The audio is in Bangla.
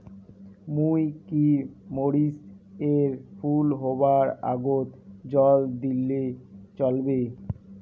মুই কি মরিচ এর ফুল হাওয়ার আগত জল দিলে চলবে?